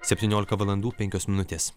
septyniolika valandų penkios minutės